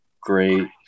great